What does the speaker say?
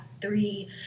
three